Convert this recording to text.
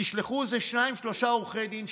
תשלחו איזה שניים-שלושה עורכי דין,